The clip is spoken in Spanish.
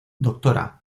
doctora